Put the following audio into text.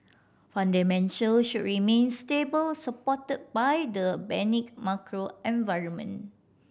fundamental should remain stable supported by the benign macro environment